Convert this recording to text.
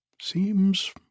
Seems